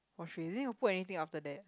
then you got put anything after that